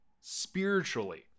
Spiritually